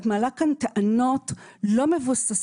את מעלה כאן טענות לא מבוססות.